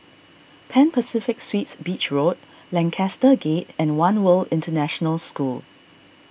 Pan Pacific Suites Beach Road Lancaster Gate and one World International School